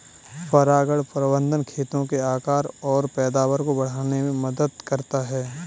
परागण प्रबंधन खेतों के आकार और पैदावार को बढ़ाने में मदद करता है